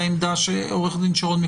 עורך דין שרון,